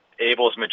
Abel's